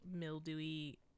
mildewy